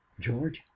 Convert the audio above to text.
george